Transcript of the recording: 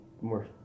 more